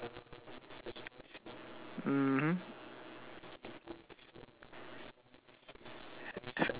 mmhmm